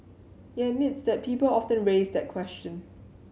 he admits that people often raise that question